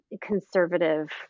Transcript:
conservative